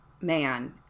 man